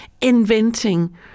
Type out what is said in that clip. inventing